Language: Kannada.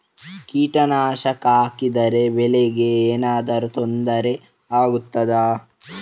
ಕೀಟನಾಶಕ ಹಾಕಿದರೆ ಬೆಳೆಗೆ ಏನಾದರೂ ತೊಂದರೆ ಆಗುತ್ತದಾ?